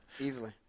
Easily